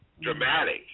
dramatic